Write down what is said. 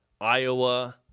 Iowa